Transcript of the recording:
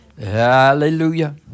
Hallelujah